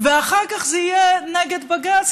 אחר כך זה יהיה נגד בג"ץ,